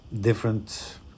different